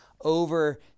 over